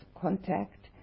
contact